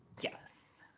Yes